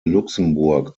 luxemburg